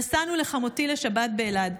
נסענו לחמותי לשבת באלעד.